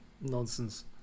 nonsense